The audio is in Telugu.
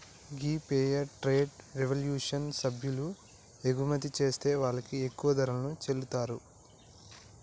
గీ ఫెయిర్ ట్రేడ్ రెవల్యూషన్ సభ్యులు ఎగుమతి చేసే వాళ్ళకి ఎక్కువ ధరలను చెల్లితారు